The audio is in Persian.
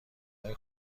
های